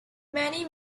many